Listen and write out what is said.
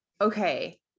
okay